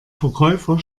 verkäufer